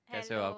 Hello